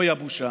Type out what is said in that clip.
אוי הבושה.